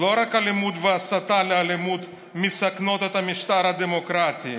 לא רק אלימות והסתה לאלימות מסכנות את המשטר הדמוקרטי.